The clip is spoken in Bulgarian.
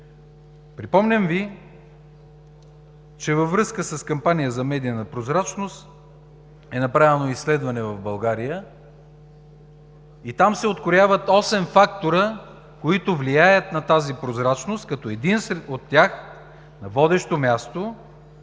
Припомням Ви, че във връзка с кампания за медийна прозрачност е направено изследване в България и там се открояват осем фактора, които влияят на тази прозрачност, като един от тях – отчетност